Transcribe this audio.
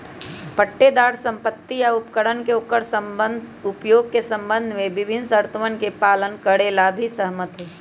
पट्टेदार संपत्ति या उपकरण के ओकर उपयोग के संबंध में विभिन्न शर्तोवन के पालन करे ला भी सहमत हई